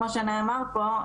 כמו שנאמר פה,